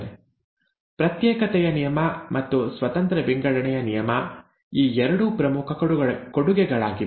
ʼಪ್ರತ್ಯೇಕತೆಯ ನಿಯಮʼ ಮತ್ತು ʼಸ್ವತಂತ್ರ ವಿಂಗಡಣೆಯ ನಿಯಮʼ ಈ ಎರಡು ಪ್ರಮುಖ ಕೊಡುಗೆಗಳಾಗಿವೆ